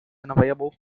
unavailable